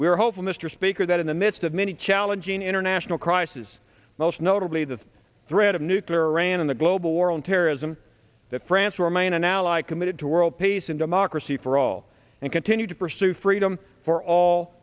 are hopeful mr speaker that in the midst of many challenging international crisis most notably the threat of nuclear ran on the global war on terrorism that france will remain an ally committed to world peace and democracy for all and continue to pursue freedom for all